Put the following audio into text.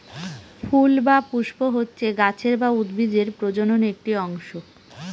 ফুল বা পুস্প হচ্ছে গাছের বা উদ্ভিদের প্রজনন একটি অংশ